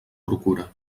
procura